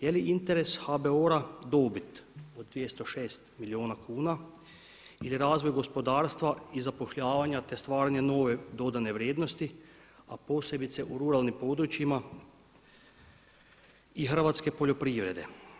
Jeli interes HBOR-a dobit od 206 milijuna kuna ili razvoj gospodarstva i zapošljavanja te stvaranje dodane vrijednosti, a posebice u ruralnim područjima i hrvatske poljoprivrede.